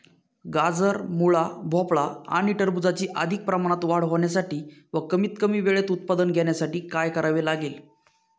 गाजर, मुळा, भोपळा आणि टरबूजाची अधिक प्रमाणात वाढ होण्यासाठी व कमीत कमी वेळेत उत्पादन घेण्यासाठी काय करावे लागेल?